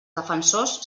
defensors